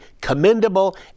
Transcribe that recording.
commendable